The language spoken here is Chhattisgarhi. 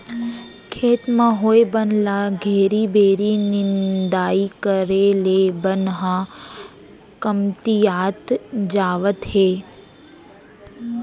खेत म होए बन ल घेरी बेरी निंदाई करे ले बन ह कमतियात जावत हे